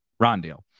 Rondale